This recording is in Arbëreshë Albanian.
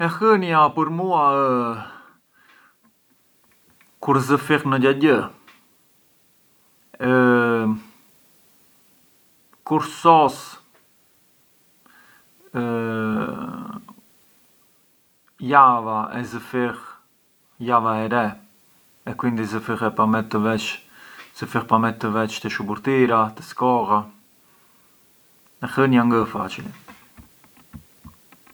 Mua ujët më përqen naturali, naturali e a temperatura ambiente, ngë më përqen ne me fufa e nemanku kur ë troppu e ftohtë… troppu të ftohtë përçë incuma ngë e preferir, inveci e preferir ashtu si thash.